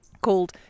called